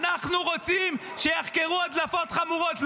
אנחנו רוצים שיחקרו הדלפות חמורות.